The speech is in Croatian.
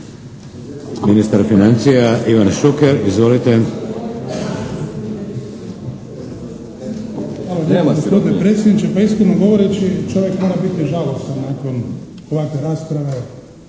Ministar financija Ivan Šuker. Izvolite.